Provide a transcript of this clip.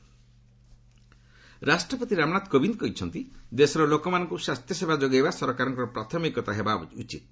ପ୍ରେଜ୍ ଲକ୍ଷ୍ନୌ ରାଷ୍ଟ୍ରପତି ରାମନାଥ କୋବିନ୍ଦ କହିଛନ୍ତି ଦେଶର ଲୋକମାନଙ୍କୁ ସ୍ୱାସ୍ଥ୍ୟ ସେବା ଯୋଗାଇବା ସରକାରଙ୍କର ପ୍ରାଥମିକତା ହେବା ଉଚିତ୍